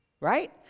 Right